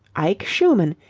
ike schumann.